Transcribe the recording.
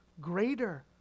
greater